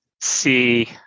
see